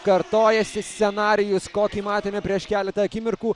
kartojasi scenarijus kokį matėme prieš keletą akimirkų